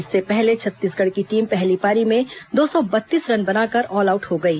इससे पहले छत्तीसगढ़ की टीम पहली पारी में दो सौ बत्तीस रन बनाकर ऑलआउट हो गई